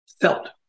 Felt